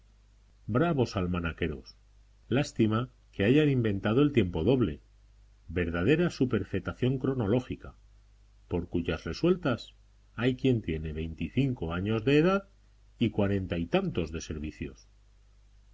bravos almanaqueros lástima que hayan inventado el tiempo doble verdadera superfetación cronológica por cuyas resultas hay quien tiene veinticinco años de edad y cuarenta y tantos de servicios